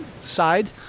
side